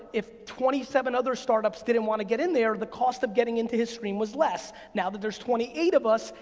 if twenty seven other startups didn't wanna get in there, the cost of getting into his screen was less. now that there's twenty eight of us,